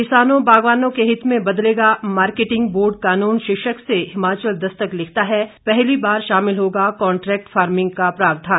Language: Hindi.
किसानों बागवानों के हित में बदलेगा मार्केटिंग बोर्ड कानून शीर्षक से हिमाचल दस्तक लिखता है पहली बार शामिल होगा कांट्रैक्ट फार्मिंग का प्रावधान